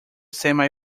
semi